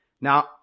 Now